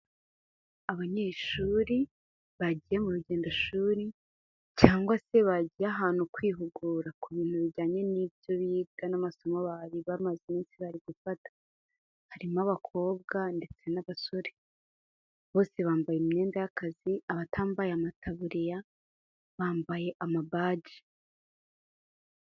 Abanyeshuri bagiye mu rugendoshuri cyangwa se bagiye ahantu kwihugura ku bintu bijyanye n'ibyo biga n'amasomo bari bamaze iminsi bari gufata, harimo abakobwa ndetse n'abasore, bose bambaye imyenda y'akazi, abatambaye amataburiya bambaye amabaji.